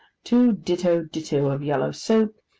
two ditto ditto of yellow soap,